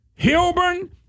Hilburn